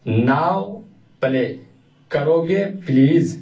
ناو play کروگے please